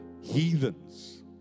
heathens